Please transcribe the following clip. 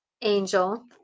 angel